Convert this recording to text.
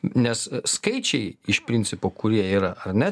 nes skaičiai iš principo kurie yra ar ne